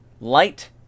Light